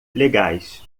legais